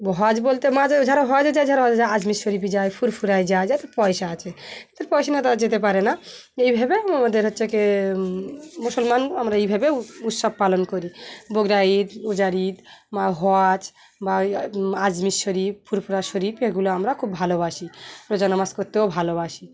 হজ বলতে মাঝে যারা হজে যায় যারা হ আজমের শরীফে যায় ফুরফুরায় যায় যাতে পয়সা আছে যাদের পয়সা না তারা যেতে পারে না এইভাবে আমাদের হচ্ছে গিয়ে মুসলমান আমরা এইভাবে উৎসব পালন করি বকরা ঈদ রোজার ঈদ বা হজ বা আজমের শরীফ ফুরফুরা শরীফ এগুলো আমরা খুব ভালোবাসি রোজা নামাজ পড়তেও ভালোবাসি